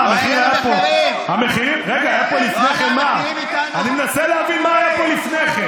מה, המחיר היה פה, לא היו מחירים,